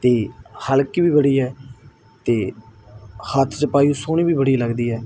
ਅਤੇ ਹਲਕੀ ਵੀ ਬੜੀ ਹੈ ਅਤੇ ਹੱਥ 'ਚ ਪਾਈ ਸੋਹਣੀ ਵੀ ਬੜੀ ਲੱਗਦੀ ਹੈ